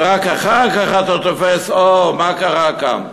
ורק אחר כך אתה תופס מה קרה כאן.